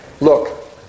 look